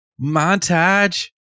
montage